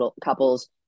couples